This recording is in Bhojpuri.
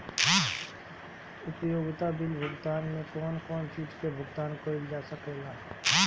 उपयोगिता बिल भुगतान में कौन कौन चीज के भुगतान कइल जा सके ला?